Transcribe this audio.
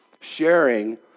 sharing